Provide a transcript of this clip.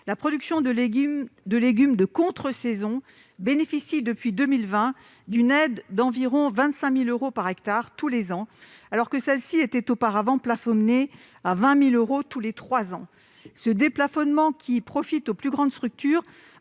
la production de légumes de contre-saison bénéficie d'une aide d'environ 25 000 euros par hectare tous les ans, alors que celle-ci était auparavant plafonnée à 20 000 euros tous les trois ans. Ce déplafonnement, qui profite aux plus grandes structures,